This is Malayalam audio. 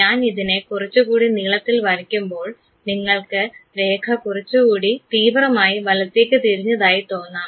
ഞാൻ ഇതിനെ കുറച്ചുകൂടി നീളത്തിൽ വരയ്ക്കുമ്പോൾ നിങ്ങൾക്ക് രേഖ കുറച്ചുകൂടി തീവ്രമായി വലത്തേക്ക് തിരിഞ്ഞതായി തോന്നാം